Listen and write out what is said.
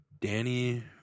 Danny